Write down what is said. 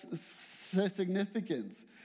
significance